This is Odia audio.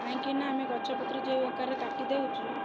କାହିଁକି ନା ଆମେ ଗଛପତ୍ର ଯେଉଁ ଆକାରରେ କାଟି ଦେଉଛୁ